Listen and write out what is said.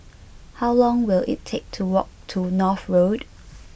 how long will it take to walk to North Road